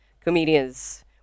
comedians